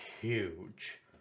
huge